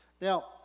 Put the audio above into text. now